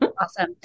awesome